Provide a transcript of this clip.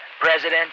President